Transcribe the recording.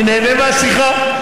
אני נהנה מהשיחה,